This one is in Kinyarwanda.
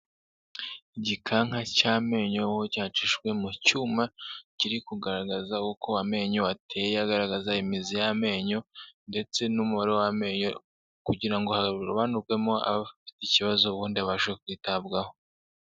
Igikanka cy'amenyo aho cyacishijwe mu cyuma, kiri kugaragaza uko amenyo ateye agaragaza imizi y'amenyo ndetse n'umubare w'amenyo kugira ngo harobanurwemo abafite ikibazo, ubundi babashe kwitabwaho.